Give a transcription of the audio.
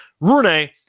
Rune